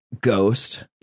Ghost